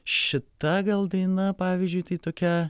šita gal daina pavyzdžiui tai tokia